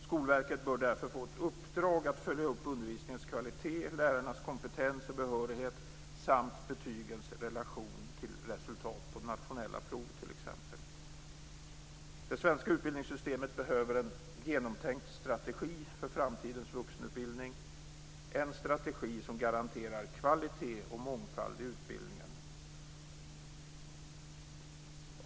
Skolverket bör därför få ett uppdrag att följa upp undervisningens kvalitet, lärarnas kompetens och behörighet samt betygens relation till resultat på nationella prov, t.ex. Det svenska utbildningssystemet behöver en genomtänkt strategi för framtidens vuxenutbildning, en strategi som garanterar kvalitet och mångfald i utbildningen.